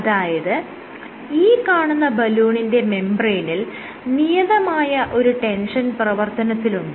അതായത് ഈ കാണുന്ന ബലൂണിന്റെ മെംബ്രേയ്നിൽ നിയതമായ ഒരു ടെൻഷൻ പ്രവർത്തനത്തിലുണ്ട്